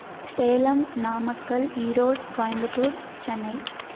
Salem Namakkal Erode Coimbatore Chennai